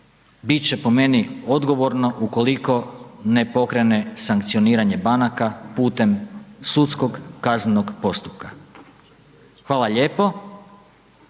će po meni odgovorno ukoliko ne pokrene sankcioniranje banaka putem sudskog kaznenog postupka. Hvala lijepo,